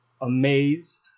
Amazed